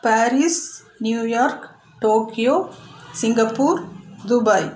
Paris New York Tokyo Singapore Dubai